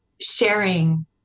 sharing